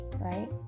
right